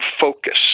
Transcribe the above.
Focus